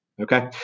Okay